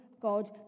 God